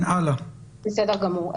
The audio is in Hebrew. בסדר גמור.